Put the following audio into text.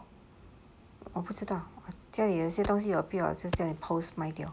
我不知道家里有些东西我不要可以 post 卖掉